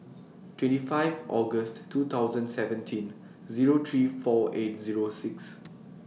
twenty five August two thousand seventeen Zero three four eight Zero six